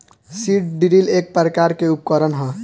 seed drill एक प्रकार के उकरण ह